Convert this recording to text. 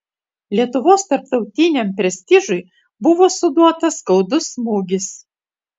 lietuvos tarptautiniam prestižui buvo suduotas skaudus smūgis